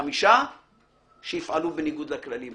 החמישה שיפעלו בניגוד לכללים.